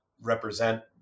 represent